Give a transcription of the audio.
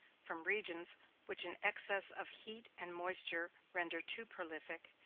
from regions which an excess of heat and moisture render too prolific,